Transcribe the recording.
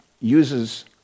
uses